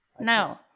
No